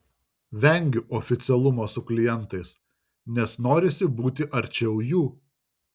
vengiu oficialumo su klientais nes norisi būti arčiau jų